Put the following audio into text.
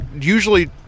usually